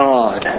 God